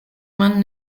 mann